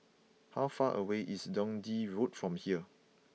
how far away is Dundee Road from here